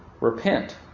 Repent